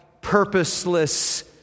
purposeless